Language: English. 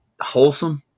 wholesome